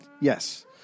Yes